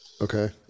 Okay